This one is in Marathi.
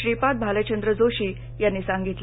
श्रीपाद भालचंद्र जोशी यांनी सांगितलं